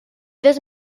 dels